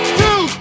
two